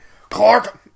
Clark